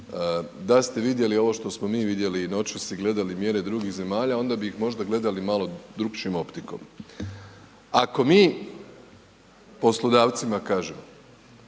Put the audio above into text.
Da ste vidjeli ovo što smo mi vidjeli i noćas gledali mjere drugih zemalja, onda bi ih možda gledali malo drukčijom optikom. Ako mi poslodavcima kažemo